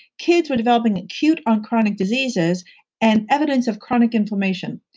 kids were developing acute onchronic diseases and evidence of chronic inflammation.